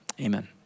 Amen